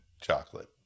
chocolate